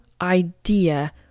idea